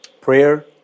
Prayer